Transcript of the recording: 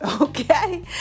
Okay